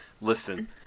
Listen